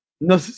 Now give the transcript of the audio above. No